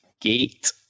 gate